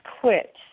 quit